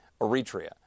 Eritrea